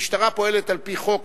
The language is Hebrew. המשטרה פועלת על-פי חוק,